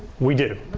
we do.